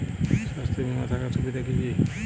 স্বাস্থ্য বিমা থাকার সুবিধা কী কী?